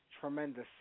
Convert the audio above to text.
tremendous